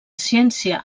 ciència